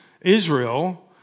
Israel